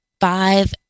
five